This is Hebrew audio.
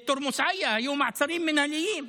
בתורמוס עיא היו מעצרים מינהליים,